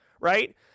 right